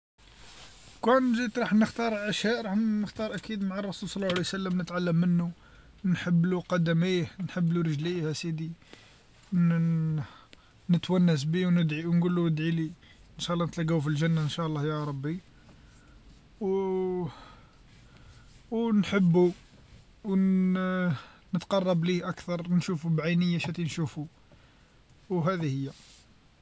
كون جيت راح نختارعشا نختار أكيد مع الرسول صلى الله عليه و سلم نتعلم منو نحبلو قدميه نحبلو رجليه أسيدي نن نتونس بيه و ندعي و نقولو دعيلي إنشاء الله نتلاقو في الجنه إنشاء الله يا ربي و و نحبو و ن-نتقرب ليه أكثر نشوفو بعينيا شات نشوفو و هذي هي.